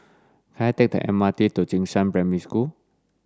can I take the M R T to Jing Shan Primary School